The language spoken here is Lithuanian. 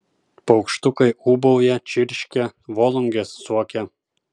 paukštukai ūbauja čirškia volungės suokia